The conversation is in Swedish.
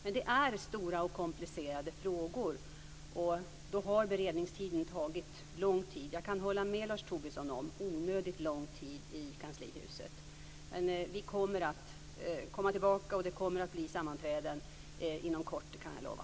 Men det är stora och komplicerade frågor, och då har beredningen tagit lång tid - onödigt lång tid kan jag hålla med Lars Tobisson om - i kanslihuset. Men vi kommer att komma tillbaka, och det kommer att bli sammanträden inom kort. Det kan jag lova.